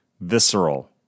Visceral